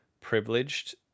privileged